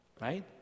Right